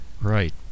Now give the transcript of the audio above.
Right